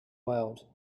world